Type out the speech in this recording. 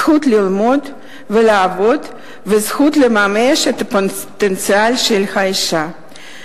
הזכות ללמוד ולעבוד והזכות לממש את הפוטנציאל של האשה.